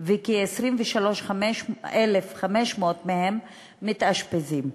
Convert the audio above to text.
וכ-23,500 מהם מתאשפזים.